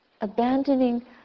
Abandoning